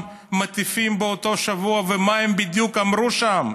מטיפים באותו שבוע ומה בדיוק הם אמרו שם?